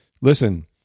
listen